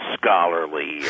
scholarly